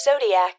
Zodiac